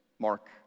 Mark